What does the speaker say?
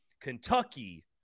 Kentucky